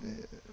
এই